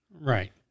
Right